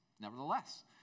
Nevertheless